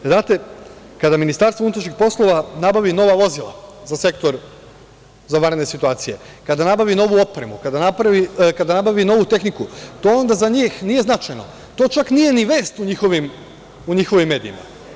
Znate, kada Ministarstvo unutrašnjih poslova nabavi nova vozila za Sektor za vanredne situacije, kada nabavi novu opremu, kada nabavi novu tehniku, to onda za njih nije značajno, to čak nije ni vest u njihovim medijima.